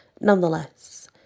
Nonetheless